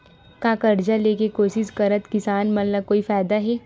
का कर्जा ले के कोशिश करात किसान मन ला कोई फायदा हे?